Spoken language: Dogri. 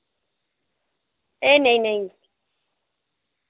ए नेईं नेईं